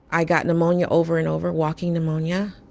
i got pneumonia over and over walking-pneumonia.